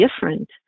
different